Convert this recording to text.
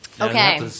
Okay